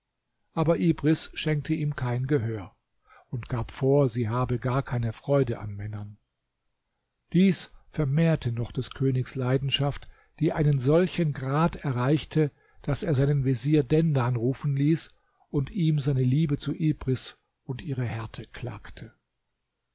aber ibris schenkte ihm kein gehör und gab vor sie habe gar keine freude an männern dies vermehrte noch des königs leidenschaft die einen solchen grad erreichte daß er seinen vezier dendan rufen ließ und ihm seine liebe zu ibris und ihre härte klagte